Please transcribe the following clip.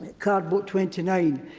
card vote twenty nine,